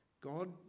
God